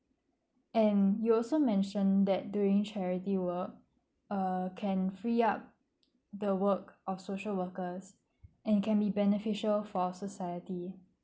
and you also mentioned that doing charity work uh can free up the work of social workers and can be beneficial for society